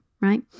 right